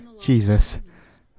Jesus